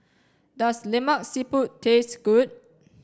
does Lemak Siput taste good